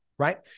right